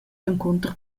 encunter